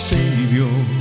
Savior